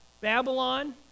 Babylon